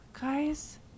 Guys